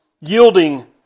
Yielding